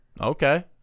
Okay